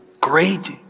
Great